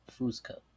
Fusco